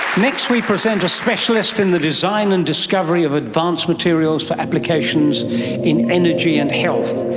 next we present a specialist in the design and discovery of advanced materials for applications in energy and health.